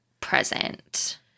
present